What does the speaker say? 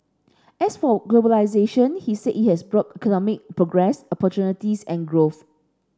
as for globalisation he said it has brought economic progress opportunities and growth